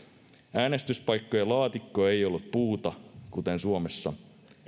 äänestyspaikkojen laatikko ei ollut puuta kuten suomessa